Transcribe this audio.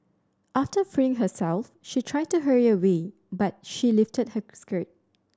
after freeing herself she tried to hurry away but he lifted her skirt